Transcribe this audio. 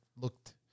looked